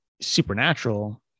supernatural